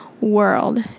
world